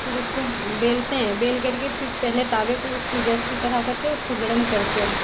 फिर उसको बेलते हैं बेलकर के फिर पहले तावे को उस पे गैस पे चढ़ाकर के उसको गरम करते हैं